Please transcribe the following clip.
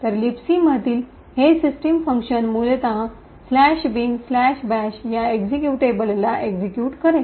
तर लिबसी मधील हे सिस्टम फंक्शन मूलतः " bin bash" या एक्सिक्यूटेबलला एक्सिक्यूट करेल